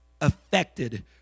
affected